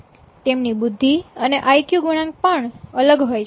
તેમની બુદ્ધિ અને આઈકયુ ગુણાંક પણ અલગ હોય છે